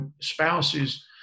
spouses